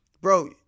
bro